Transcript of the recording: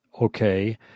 okay